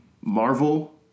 Marvel